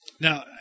Now